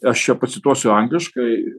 aš čia pacituosiu angliškai